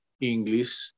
English